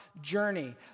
journey